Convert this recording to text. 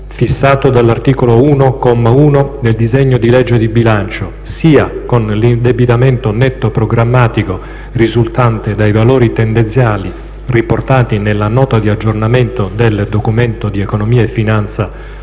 fissato dall'articolo 1, comma 1, del disegno di legge di bilancio, sia con l'indebitamento netto programmatico risultante dai valori tendenziali riportati nella Nota di aggiornamento del Documento di economia e finanza